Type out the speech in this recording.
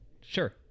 Sure